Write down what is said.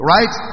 Right